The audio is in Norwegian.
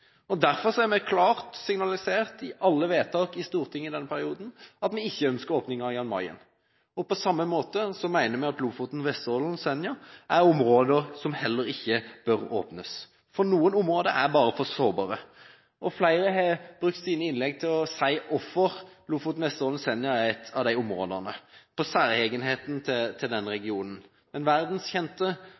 vi klart signalisert i alle vedtak i Stortinget i denne perioden at vi ikke ønsker åpning i Jan Mayen. På samme måte mener vi at Lofoten, Vesterålen og Senja er områder som heller ikke bør åpnes. Noen områder er bare for sårbare. Flere har brukt sine innlegg til å si hvorfor Lofoten–Vesterålen–Senja er et av de områdene